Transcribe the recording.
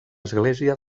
església